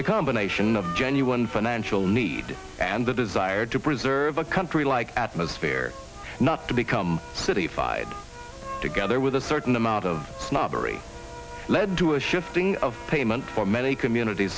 the combination of genuine financial need and the desire to preserve a country like atmosphere not to become city fide together with a certain amount of snobbery led to a shifting of payment for many communities